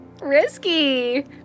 Risky